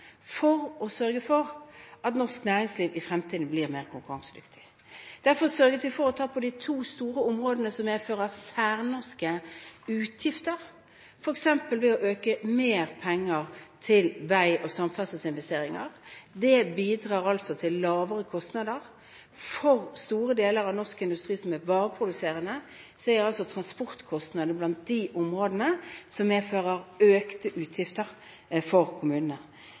for å sørge for at norsk næringsliv i fremtiden blir mer konkurransedyktig. Derfor sørget vi for å ta grep på de to store områdene som medfører særnorske utgifter, f.eks. ved å bevilge mer penger til vei- og samferdselsinvesteringer. Det bidrar til lavere kostnader. For store deler av vareproduserende norsk industri er transportkostnadene blant de områdene som medfører økte utgifter for